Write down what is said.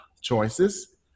choices